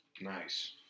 Nice